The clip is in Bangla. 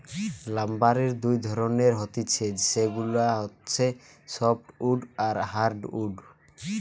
লাম্বারের দুই ধরণের হতিছে সেগুলা হচ্ছে সফ্টউড আর হার্ডউড